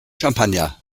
champagner